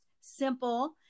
simple